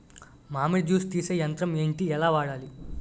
మామిడి జూస్ తీసే యంత్రం ఏంటి? ఎలా వాడాలి?